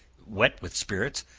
wet with spirits,